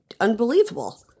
unbelievable